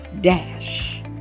Dash